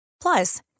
Plus